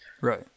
Right